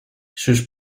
sus